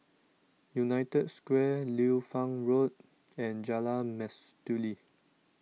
United Square Liu Fang Road and Jalan Mastuli